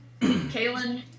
Kaylin